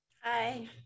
Hi